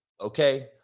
Okay